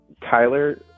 Tyler